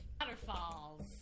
Waterfalls